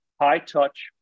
high-touch